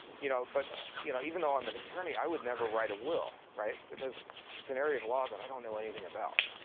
you know but you know, even though i'm an attorney, i would never write a will, right? because it's an area of law that i don't know anything about.